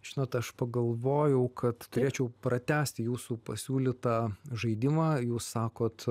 žinot aš pagalvojau kad turėčiau pratęsti jūsų pasiūlytą žaidimą jūs sakot